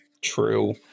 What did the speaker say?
True